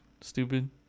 stupid